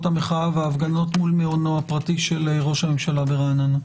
המחאה והפגנות מול מעונו הפרטי של ראש הממשלה ברעננה.